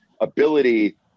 ability